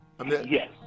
Yes